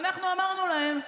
ואנחנו אמרנו להם: